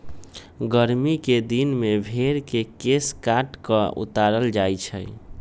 गरमि कें दिन में भेर के केश काट कऽ उतारल जाइ छइ